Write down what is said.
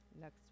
Next